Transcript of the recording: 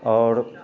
आओर